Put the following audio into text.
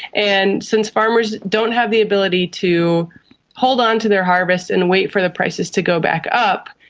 and since farmers don't have the ability to hold onto their harvest and wait for the prices to go back up,